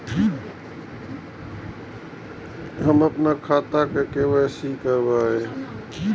हम अपन खाता के के.वाई.सी के करायब?